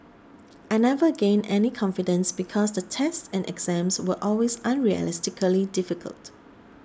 I never gained any confidence because the tests and exams were always unrealistically difficult